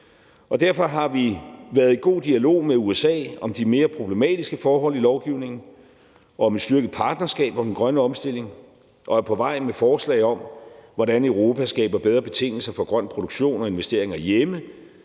derfor har vi været i god dialog med USA om de mere problematiske forhold i lovgivningen og om et styrket partnerskab for den grønne omstilling, og vi er på vej med forslag om, hvordan Europa skaber bedre betingelser for grøn produktion og investeringer hjemme.